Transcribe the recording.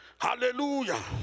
hallelujah